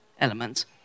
elements